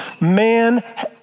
man